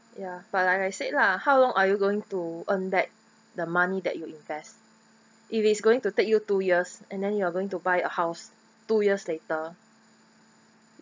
ya but like I said lah how long are you going to earn back the money that you invest if it's going to take you two years and then you are going to buy a house two years later